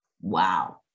Wow